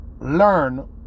learn